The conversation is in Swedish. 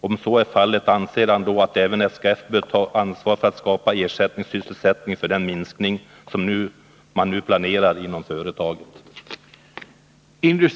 Om så är fallet, anser han då att även SKF bör ta ansvar för att skapa ersättningssysselsättning för den minskning man nu planerar inom företaget?